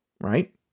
right